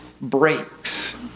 breaks